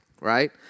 right